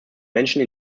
menschen